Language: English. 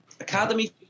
Academy